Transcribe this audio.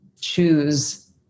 choose